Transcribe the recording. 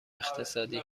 اقتصادی